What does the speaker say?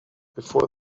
before